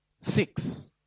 six